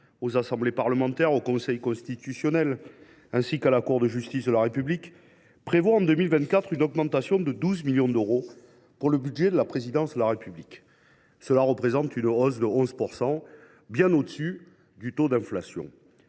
aux assemblées parlementaires, au Conseil constitutionnel, ainsi qu’à la Cour de justice de la République, comporte en 2024 une augmentation de 12 millions d’euros pour le budget de la Présidence de la République. Cela représente une hausse de 11 %, bien supérieure au taux de l’inflation.